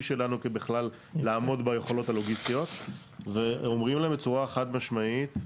שלנו בכלל לעמוד ביכולות הלוגיסטיות ואומרים להם בצורה חד משמעית,